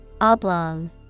Oblong